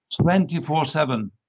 24-7